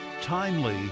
Timely